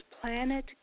planet